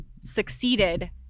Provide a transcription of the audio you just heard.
succeeded